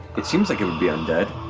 it seems like it would be undead,